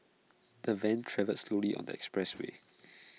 the van travelled slowly on the expressway